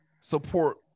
support